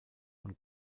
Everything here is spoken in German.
und